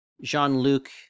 Jean-Luc